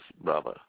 brother